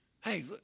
Hey